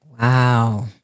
Wow